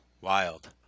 Wild